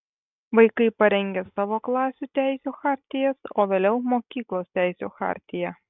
vaikai parengia savo klasių teisių chartijas o vėliau mokyklos teisių chartiją